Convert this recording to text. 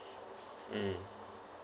mm